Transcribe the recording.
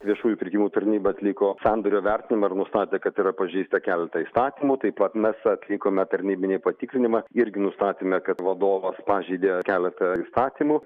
viešųjų pirkimų tarnyba atliko sandorio vertinimą ir nustatė kad yra pažeista keleta įstatymų taip pat mes atlikome tarnybinį patikrinimą irgi nustatėme kad vadovas pažeidė keletą įstatymų